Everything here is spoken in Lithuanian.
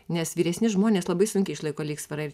nes vyresni žmonės labai sunkiai išlaiko lygsvarą ir